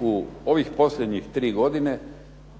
U ovih posljednjih tri godine